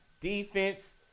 Defense